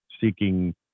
seeking